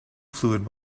fluid